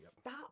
Stop